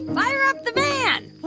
fire up the van